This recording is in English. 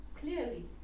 Clearly